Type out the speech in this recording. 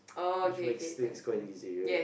which makes things quite easy right